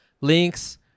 links